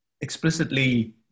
explicitly